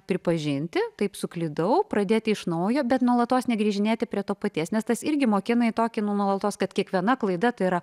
pripažinti taip suklydau pradėti iš naujo bet nuolatos negrįžinėti prie to paties nes tas irgi mokina į tokį nuolatos kad kiekviena klaida tai yra